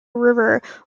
river